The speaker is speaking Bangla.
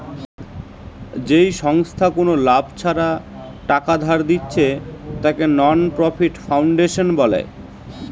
যেই সংস্থা কুনো লাভ ছাড়া টাকা ধার দিচ্ছে তাকে নন প্রফিট ফাউন্ডেশন বলে